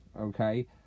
Okay